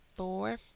four